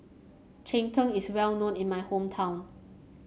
Cheng Tng is well known in my hometown